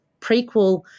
prequel